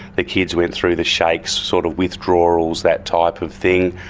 the kids went through the shakes, sort of withdrawals, that type of thing,